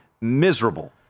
miserable